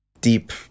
deep